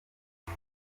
iyo